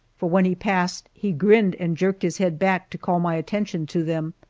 for when he passed he grinned and jerked his head back to call my attention to them.